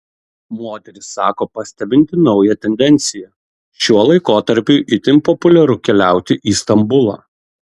moteris sako pastebinti naują tendenciją šiuo laikotarpiui itin populiaru keliauti į stambulą